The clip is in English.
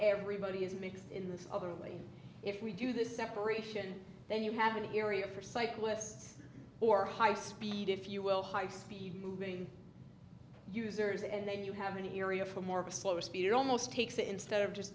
everybody is mixed in this other way if we do the separation then you have an area for cyclists or high speed if you will high speed moving users and then you have any area for more of a slow speed almost takes it instead of just